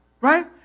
Right